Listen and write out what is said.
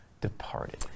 departed